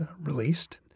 released